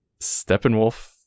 Steppenwolf